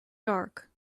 dark